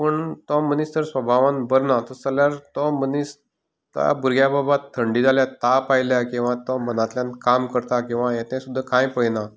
पूण तो मनीस जर सभावान बर ना तस जाल्यार तो मनीस त्या भुरग्या बाबा थंडी जाल्या ताप आयल्या किंवा तो मनांतल्यान काम करता किंवा हें तें सुद्दा कांय पळयना